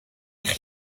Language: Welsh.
eich